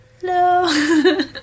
Hello